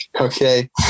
Okay